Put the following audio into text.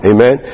Amen